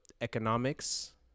Economics